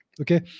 Okay